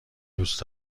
دوست